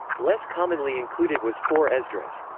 less commonly included was four esdras.